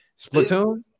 Splatoon